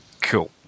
Cool